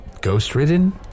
Ghost-ridden